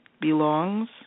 belongs